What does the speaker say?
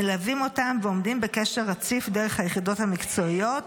מלווים אותם ועומדים בקשר רציף דרך היחידות המקצועיות